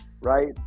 right